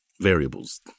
variables